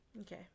Okay